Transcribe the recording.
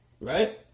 Right